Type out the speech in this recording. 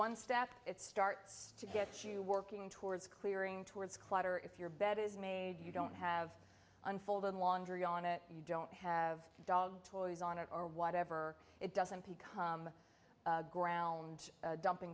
one step it starts to get you working towards clearing towards clutter if your bed is made you don't have unfolded laundry on it you don't have the dog toys on it or whatever it doesn't become a ground dumping